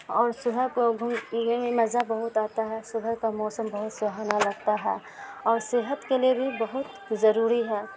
اور صبح کو گھومنے میں مزہ بہت آتا ہے صبح کا موسم بہت سہانا لگتا ہے اور صحت کے لیے بھی بہت ضروری ہے